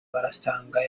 basanga